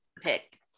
pick